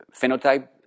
phenotype